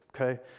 okay